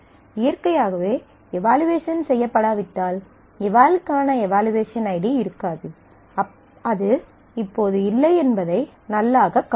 இயற்கையாகவே எவலுயேசன் செய்யப்படாவிட்டால் எவல்க்கான எவலுயேசன் ஐடி இருக்காது அது இப்போது இல்லை என்பதை நல் ஆகக் காட்டும்